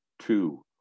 two